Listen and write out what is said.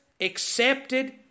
accepted